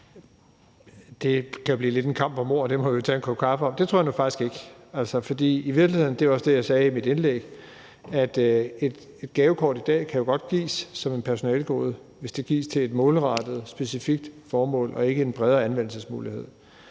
Det kan jo blive lidt en kamp om ord; det må vi tage over en kop kaffe. Det tror jeg nu faktisk ikke, for i virkeligheden – og det var også det, jeg sagde i mit indlæg – kan et gavekort jo godt gives i dag som et personalegode, hvis det gives til et målrettet, specifikt formål og ikke har en bredere anvendelsesmulighed.